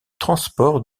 transport